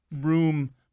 room